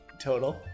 total